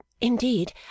Indeed